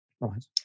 right